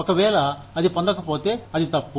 ఒకవేళ అది పొందకపోతే అది తప్పు